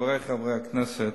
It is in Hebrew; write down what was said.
חברי חברי הכנסת,